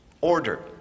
order